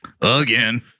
Again